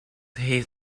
his